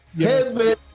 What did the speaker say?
heaven